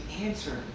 answer